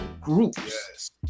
groups